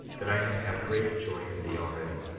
that i have had great joy in thee already,